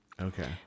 okay